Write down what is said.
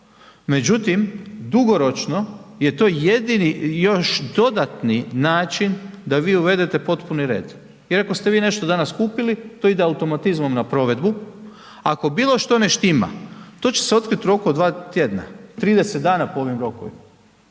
međutim dugoročno je to jedini još dodatni način da vi uvedete potpuni red i ako ste vi nešto danas kupili, to ide automatizmom na provedbu, ako bilo što ne štima, to će se otkriti u roku od 2 tj., 30 dana po ovim rokovima,